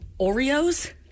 Oreos